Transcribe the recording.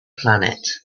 planet